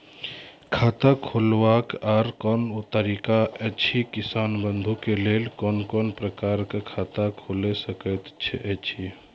खाता खोलवाक आर कूनू तरीका ऐछि, किसान बंधु के लेल कून कून प्रकारक खाता खूलि सकैत ऐछि?